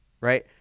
right